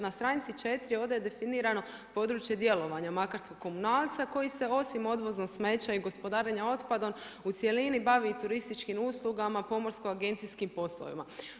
Na stranici 4. ovdje je definirano područje djelovanja makarskog Komunalca koji se osim odvozom smeća i gospodarenja otpadom u cjelini bavi i turističkim uslugama, pomorsko-agencijskim poslovima.